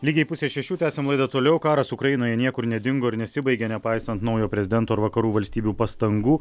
lygiai pusė šešių tęsiam laidą toliau karas ukrainoje niekur nedingo ir nesibaigia nepaisant naujo prezidento ir vakarų valstybių pastangų